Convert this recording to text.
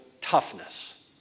toughness